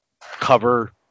cover